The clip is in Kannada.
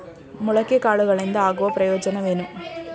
ಮೊಳಕೆ ಕಾಳುಗಳಿಂದ ಆಗುವ ಪ್ರಯೋಜನವೇನು?